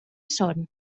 són